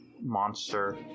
monster